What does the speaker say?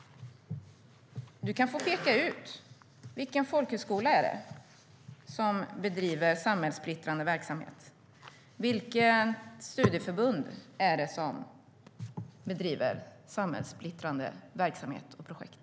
Du kan få peka ut vilken folkhögskola det är som bedriver samhällssplittrande verksamhet och vilket studieförbund det är som bedriver samhällssplittrande verksamhet och projekt.